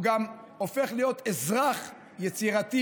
והוא גם הופך להיות אזרח יצירתי,